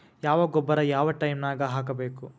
ಯಾವ ಗೊಬ್ಬರ ಯಾವ ಟೈಮ್ ನಾಗ ಹಾಕಬೇಕು?